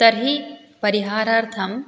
तर्हि परिहारार्थं